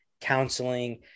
counseling